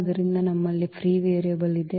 ಆದ್ದರಿಂದ ನಮ್ಮಲ್ಲಿ free variable ಇದೆ